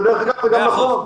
דרך אגב, זה גם נכון.